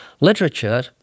literature